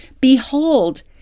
behold